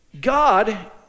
God